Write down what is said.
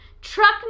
Truck